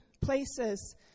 places